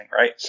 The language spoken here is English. right